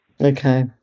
Okay